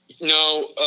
No